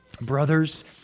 Brothers